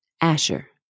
Asher